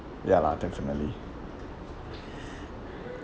ya lah definitely